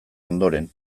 ondoren